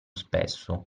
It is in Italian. spesso